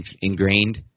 ingrained